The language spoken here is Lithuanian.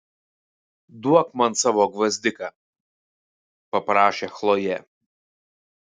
duok man savo gvazdiką paprašė chlojė